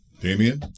Damien